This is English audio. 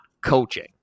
coaching